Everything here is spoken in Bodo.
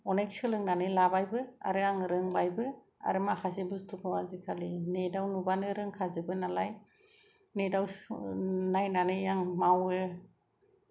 अनेख सोलोंनानै लाबायबो आरो आङो रोंबायबो आरो माखासे बुसथुखौ नेट आव नुबानो रोंखाजोबो नालाय नेट आव नायनानै आं मावो